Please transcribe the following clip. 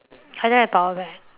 I don't have power bank